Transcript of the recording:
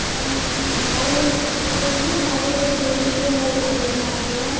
நம்ம அவங்க அவங்க வந்து தலையிடக்கூடிய விஷயங்கள் அப்படின்னு பார்த்திங்கன்னா